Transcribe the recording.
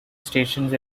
stations